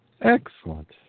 Excellent